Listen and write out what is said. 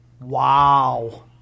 Wow